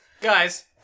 Guys